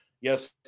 yes